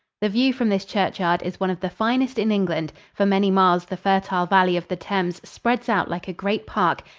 the view from this churchyard is one of the finest in england. for many miles the fertile valley of the thames spreads out like a great park,